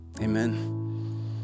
Amen